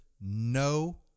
no